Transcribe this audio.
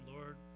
Lord